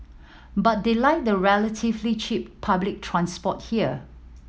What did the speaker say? but they like the relatively cheap public transport here